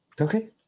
Okay